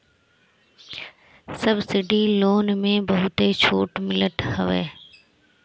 subsidy loan में बहुते छुट मिलत हवे